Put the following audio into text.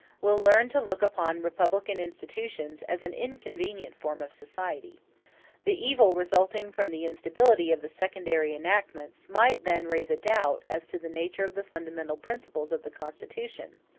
will learn to look upon republican institutions as an inconvenient form of society the evil resulting from the instability of the secondary enactments might then raise a doubt as to the nature of the fundamental principles of the constitution,